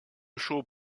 chaux